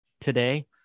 today